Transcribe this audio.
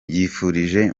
yifurije